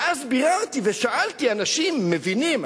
ואז ביררתי ושאלתי אנשים מבינים,